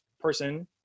person